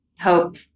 hope